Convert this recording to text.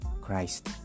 Christ